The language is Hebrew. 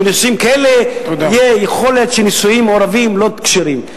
שמנישואים כאלה תהיה יכולת של נישואין מעורבים לא כשרים,